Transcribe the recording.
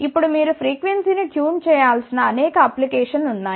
ఇప్పుడు మీరు ఫ్రీక్వెన్సీ ని ట్యూన్ చేయాల్సిన అనేక అప్లికేషన్స్ ఉన్నాయి